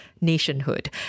nationhood